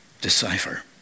decipher